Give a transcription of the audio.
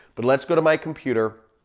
but let's go to my computer.